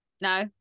no